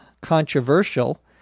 controversial